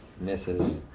Misses